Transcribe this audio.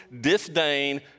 disdain